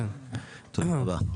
תודה רבה.